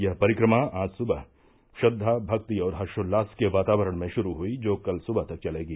यह परिक्रमा आज सुबह श्रद्वा भक्ति और हर्षोल्लास के वातावरण में शुरू हुयी जो कल सुबह तक चलेगी